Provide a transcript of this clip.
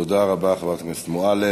תודה רבה, חברת הכנסת מועלם.